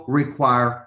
require